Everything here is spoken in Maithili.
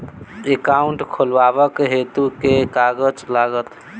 एकाउन्ट खोलाबक हेतु केँ कागज लागत?